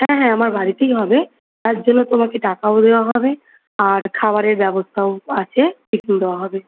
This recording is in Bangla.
হ্যাঁ হ্যাঁ আমার বাড়িতেই হবে তার জন্য তোমাকে টাকাও দেওয়া হবে আর খাবারের ব্যবস্থাও আছে টিফিন দেওয়া হবে